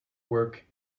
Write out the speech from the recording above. work